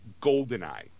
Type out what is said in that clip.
Goldeneye